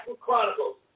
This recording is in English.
Chronicles